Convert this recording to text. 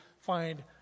find